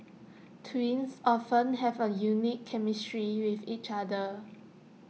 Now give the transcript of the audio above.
twins often have A unique chemistry with each other